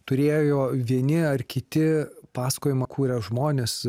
turėjo vieni ar kiti pasakojimą kūrę žmonės